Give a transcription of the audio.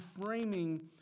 framing